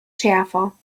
schärfer